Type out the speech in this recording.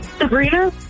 Sabrina